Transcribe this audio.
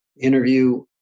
interview